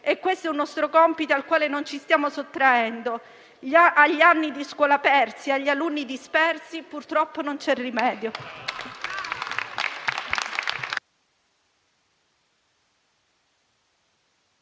questo è un nostro compito, al quale non ci stiamo sottraendo. Agli anni di scuola persi e agli alunni dispersi, purtroppo, non c'è rimedio.